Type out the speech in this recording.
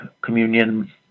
communion